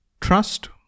Trust